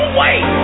wait